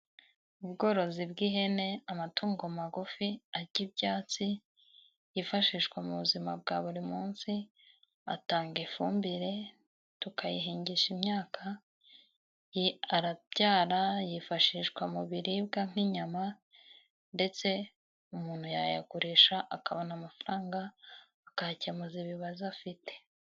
Ubworozi bw'ihene amatungo magufi arya ibyatsi yifashishwa mu buzima bwa buri munsi, atanga ifumbire tukayihingisha imyaka, arabyara, yifashishwa mu biribwa nk'inyama ndetse umuntu yayagurisha akabona amafaranga akayakemuza ibibazo afite.